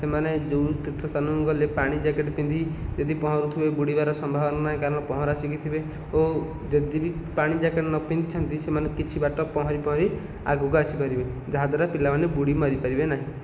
ସେମାନେ ଯେଉଁ ତୀର୍ଥସ୍ଥାନକୁ ଗଲେ ପାଣି ଜ୍ୟାକେଟ ପିନ୍ଧି ଯଦି ପହଁରୁଥିବେ ବୁଡ଼ିବାର ସମ୍ଭାବନା ନାହିଁ କାରଣ ପହଁରା ଶିଖିଥିବେ ଓ ଯଦିବି ପାଣି ଜ୍ୟାକେଟ ନ ପିନ୍ଧିଛନ୍ତି ସେମାନେ କିଛି ବାଟ ପହଁରି ପହଁରି ଆଗକୁ ଆସିପାରିବେ ଯାହାଦ୍ୱାରା ପିଲାମାନେ ବୁଡ଼ି ମରିପାରିବେ ନାହିଁ